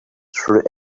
through